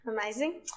amazing